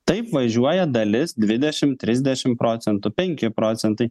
taip važiuoja dalis dvidešim trisdešim procentų penki procentai